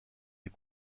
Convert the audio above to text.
les